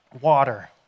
water